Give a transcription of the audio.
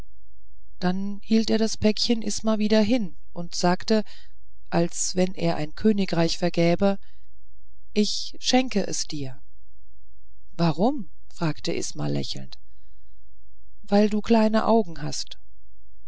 dann hielt er das päckchen isma wieder hin und sagte als wenn er ein königreich vergäbe ich schenke es dir warum fragte isma lächelnd weil du kleine augen hast